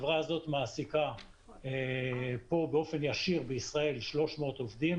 החברה מעסיקה באופן ישיר בישראל 300 עובדים